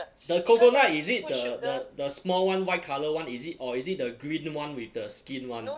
the coconut is it the the the small one white colour one is it or is it the green one with the skin one